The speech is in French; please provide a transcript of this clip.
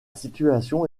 situation